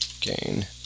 gain